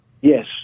Yes